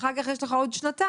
אחר כך יש לך עוד שנתיים.